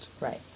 Right